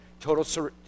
total